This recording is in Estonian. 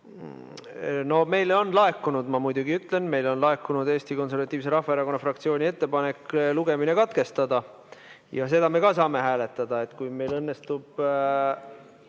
päevakorras ... Ma muidugi ütlen, et meile on laekunud Eesti Konservatiivse Rahvaerakonna fraktsiooni ettepanek lugemine katkestada ja seda me saame hääletada. Kui meil õnnestub